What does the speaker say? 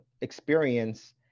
experience